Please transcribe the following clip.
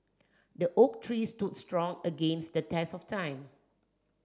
the oak tree stood strong against the test of time